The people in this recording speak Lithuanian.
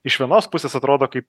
iš vienos pusės atrodo kaip